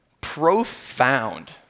profound